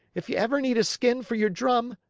if you ever need a skin for your drum,